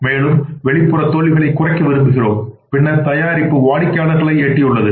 மேலும் வெளிப்புற தோல்விகளைக் குறைக்க விரும்புகிறோம் பின்னர் தயாரிப்பு வாடிக்கையாளர்களை எட்டியுள்ளது